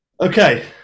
okay